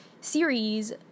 series